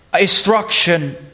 instruction